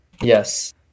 yes